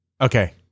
Okay